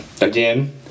again